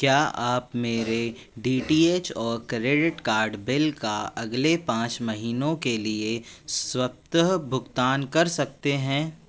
क्या आप मेरे डी टी एच और क्रेडिट कार्ड बिल का अगले पाँच महीनों के लिए स्वतः भुगतान कर सकते हैं